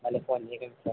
పర్లేదు సార్ మీకెందుకు సార్